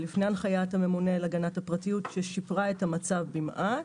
עוד לפני הנחיית הממונה על הגנת הפרטיות ששיפרה את המצב במעט.